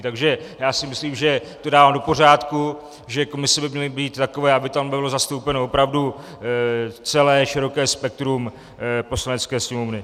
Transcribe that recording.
Takže já si myslím, že to dávám do pořádku, že komise by měly být takové, aby tam bylo zastoupeno opravdu celé široké spektrum Poslanecké sněmovny.